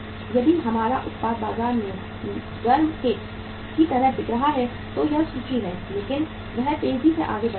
यदि हमारा उत्पाद बाजार में गर्म केक की तरह बिक रहा है तो एक सूची है लेकिन वह तेजी से आगे बढ़ रही है